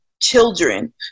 children